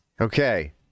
Okay